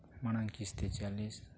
ᱢᱟᱲᱟᱝ ᱠᱤᱥᱛᱤ ᱪᱟᱞᱤᱥ